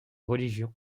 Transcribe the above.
religion